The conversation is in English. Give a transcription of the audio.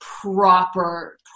proper